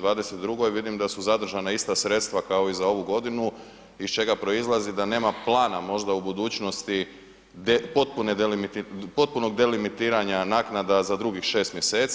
2022., vidim da su zadržana ista sredstva kao i za ovu godinu iz čega proizlazi da nema plana možda u budućnosti potpunog delimitiranja naknada za drugih 6 mjeseci.